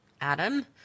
Adam